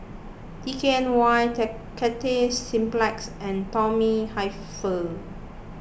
D K N Y Cathay Cineplex and Tommy Hilfiger